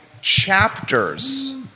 chapters